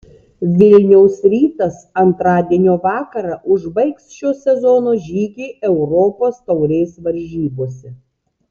vilniaus rytas antradienio vakarą užbaigs šio sezono žygį europos taurės varžybose